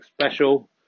special